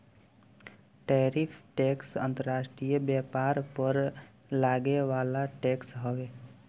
tariff tax अंतर्राष्ट्रीय व्यापार पर लागे वाला टैक्स हवे